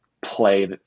play